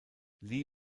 lee